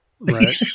Right